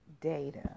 data